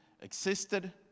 existed